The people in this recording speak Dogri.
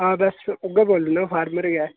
हां बस उ'ऐ बोल्ला ना फार्मर गै